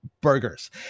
burgers